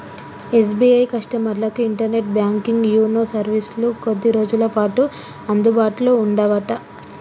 SBI కస్టమర్లకు internet banking YONO సర్వీసులు కొద్ది రోజులపాటు అందుబాటులో ఉండవట